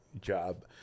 job